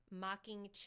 mocking